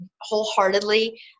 wholeheartedly